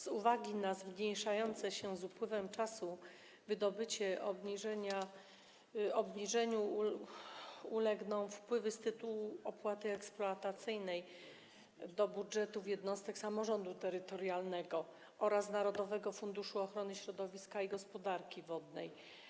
Z uwagi na zmniejszające się z upływem czasu wydobycie obniżeniu ulegną wpływy z tytułu opłaty eksploatacyjnej do budżetów jednostek samorządu terytorialnego oraz Narodowego Funduszu Ochrony Środowiska i Gospodarki Wodnej.